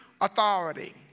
authority